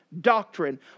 doctrine